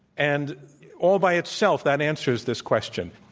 and all by itself that answers this question.